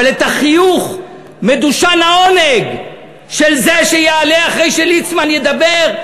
אבל את החיוך מדושן העונג של זה שיעלה אחרי שליצמן ידבר,